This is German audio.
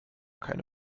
keine